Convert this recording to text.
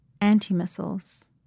anti-missiles